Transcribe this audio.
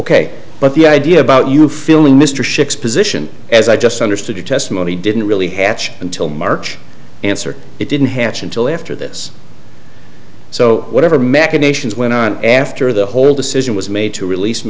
ok but the idea about you feeling mr shikse position as i just understood your testimony didn't really have until march answered it didn't happen until after this so whatever machinations went on after the whole decision was made to release